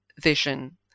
vision